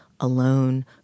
alone